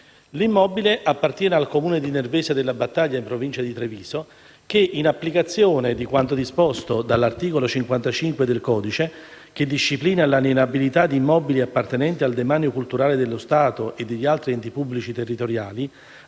L'immobile appartiene al Comune di Nervesa della Battaglia, in Provincia di Treviso che, in applicazione di quanto disposto dall'articolo 55 del codice (che disciplina l'alienabilità di immobili appartenenti al demanio culturale dello Stato e degli altri enti pubblici territoriali),